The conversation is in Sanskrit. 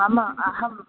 मम अहं